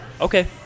Okay